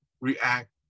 react